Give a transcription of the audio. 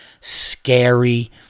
scary